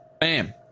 Bam